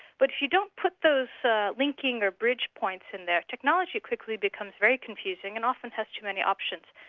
but if you don't put those linking or bridge points in there, technology quickly becomes very confusing and often has too many options.